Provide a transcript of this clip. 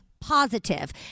positive